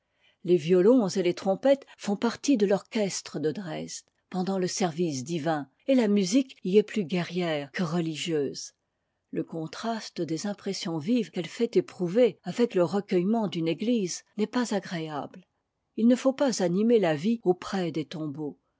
les violons et les trompettes font partie de l'orchestre de dresde pendant le service divin et la musique y est plus guerrière que religieuse le contraste des impressions vives qu'elle fait éprouver avec le recueillement d'une église n'est pas agréable il ne faut pas animer la vie auprès des tombeaux